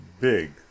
big